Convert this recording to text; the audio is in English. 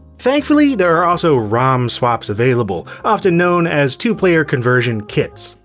thankfully, there are also rom swaps available, often known as two player conversion kits.